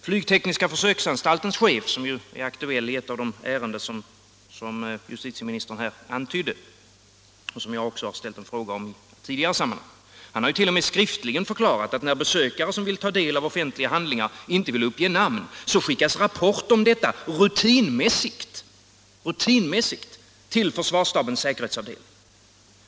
Flygtekniska försöksanstaltens chef, som är aktuell i ett av de ärenden som justitieministern här antydde, vilket jag ställt en fråga om i ett tidigare sammanhang, har t.o.m. skriftligen förklarat att när besökare som vill ta del av offentliga handlingar inte vill uppge namn skickas rapport om detta rutinmässigt till försvarsstabens säkerhetsavdelning.